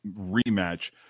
rematch